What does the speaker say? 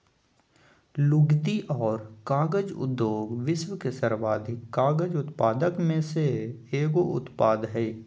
लुगदी और कागज उद्योग विश्व के सर्वाधिक कागज उत्पादक में से एगो उत्पाद हइ